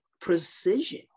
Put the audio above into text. precision